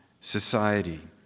society